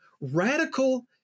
Radical